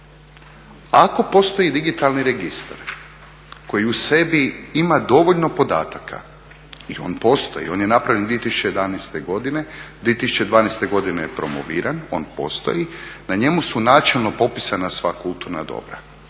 Ako postoji digitalni registar koji u sebi ima dovoljno podataka i on postoji, on je napravljen 2011. godine, 2012. godine je promoviran, on postoji. Na njemu su načelno popisana sva kulturna dobra.